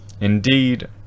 Indeed